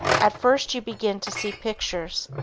at first you begin to see pictures,